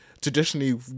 traditionally